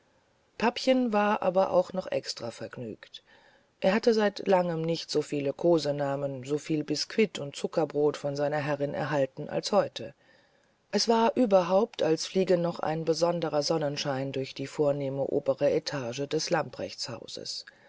papchen war aber auch noch extra vergnügt er hatte seit langem nicht so viel kosenamen so viel biskuit und zuckerbrot von seiner herrin erhalten als heute es war überhaupt als fliege noch ein besonderer sonnenschein durch die vornehme obere etage des lamprechtshauses